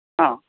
ആ